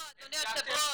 אדוני היושב ראש,